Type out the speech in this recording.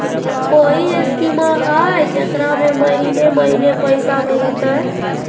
कोइ स्कीमा हय, जेकरा में महीने महीने पैसा मिलते?